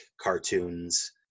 cartoons